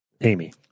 Amy